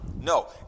No